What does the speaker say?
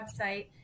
website